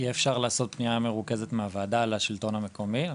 אי אפשר לעשות פניה מרוכזת מהוועדה לשלטון המקומי?